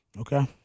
Okay